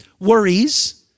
worries